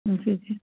हूं जी जी